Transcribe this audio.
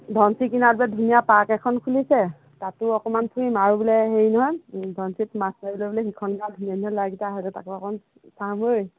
ধনশিৰি কিনাৰত যে ধুনীয়া পাৰ্ক এখন খুলিছে তাতো অকণমান ফুৰিম আৰু বোলে হেৰি নহয় ধনশিৰিত মাছ মাৰিবলৈ গ'লে সিখন গাঁৱৰ ধুনীয়া ধুনীয়া ল'ৰাকেইটা আহে যে তাকো অকণ চাম ঐ